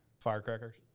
Firecrackers